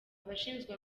abashinzwe